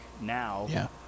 now